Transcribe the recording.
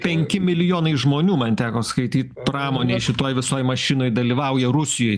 penki milijonai žmonių man teko skaityt pramonėj šitoj visoj mašinoj dalyvauja rusijoj